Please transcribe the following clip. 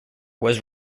was